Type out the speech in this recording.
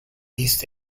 east